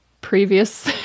previous